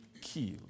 killed